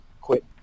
quit